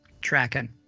Tracking